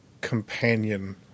companion